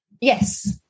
Yes